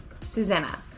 Susanna